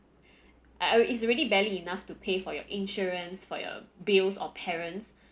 I err it's already barely enough to pay for your insurance for your bills or parents